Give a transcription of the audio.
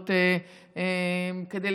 בעבודות כדי